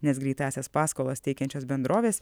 nes greitąsias paskolas teikiančios bendrovės